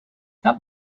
that